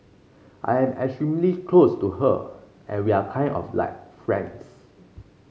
I am extremely close to her and we are kind of like friends